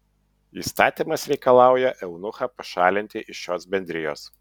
įstatymas reikalauja eunuchą pašalinti iš šios bendrijos